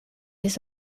his